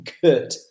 good